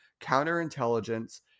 Counterintelligence